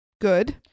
good